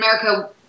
America